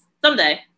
someday